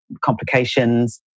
complications